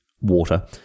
water